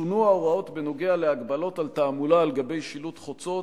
ושונו ההוראות בנוגע להגבלות על תעמולה על גבי שלטי חוצות,